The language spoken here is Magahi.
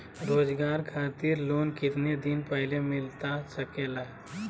रोजगार खातिर लोन कितने दिन पहले मिलता सके ला?